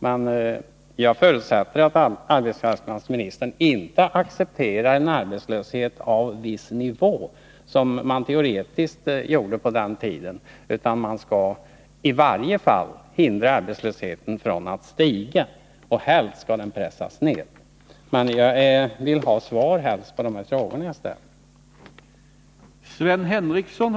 Men jag förutsätter att arbetsmarknadsministern inte accepterar en arbetslöshet på viss nivå som man teoretiskt gjorde på Ohlins tid, utan man skall i varje fall hindra arbetslösheten från att stiga, och helst skall den pressas ned. Jag vill ha svar på de frågor jag har ställt.